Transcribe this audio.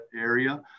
area